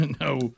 no